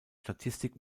statistik